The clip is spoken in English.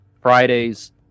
Fridays